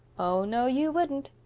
oh, no, you wouldn't.